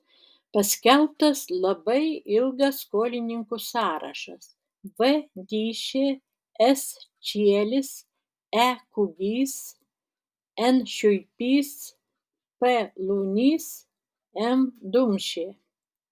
paskelbtas labai ilgas skolininkų sąrašas v dyšė s čielis e kugys n šiuipys p lunys m dumšė